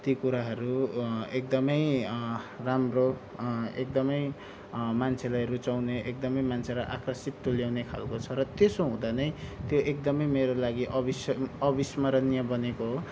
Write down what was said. ती कुराहरू एकदमै राम्रो एकदमै मान्छेलाई रुचाउने एकदमै मान्छेलाई आकर्षित तुल्याउने खालको छ र त्यसो हुँदा नै त्यो एकदमै मेरो लागि अविस् अविस्मरणीय बनेको हो